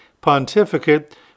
pontificate